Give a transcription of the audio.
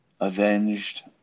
avenged